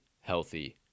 healthy